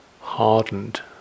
hardened